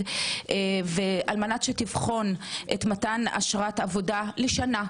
על מנת שתבחן את מתן אשרת העבודה לשנה,